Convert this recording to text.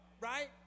Right